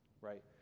right